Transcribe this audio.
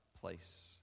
place